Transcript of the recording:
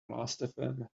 lastfm